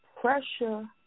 Pressure